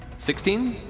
sixteen?